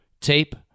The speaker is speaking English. tape